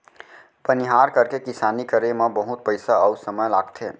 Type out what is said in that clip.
बनिहार करके किसानी करे म बहुत पइसा अउ समय लागथे